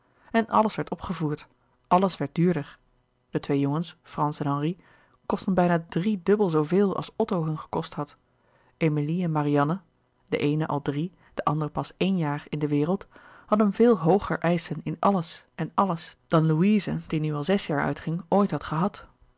en alles werd opgevoerd alles werd duurder de twee jongens frans en henri kostten bijna driedubbel zooveel als otto hun gekost had emilie en marianne de eene al drie de andere pas éen jaar in de wereld hadden veel hooger eischen in alles en alles dan louise die nu al zes jaar uitging ooit had gehad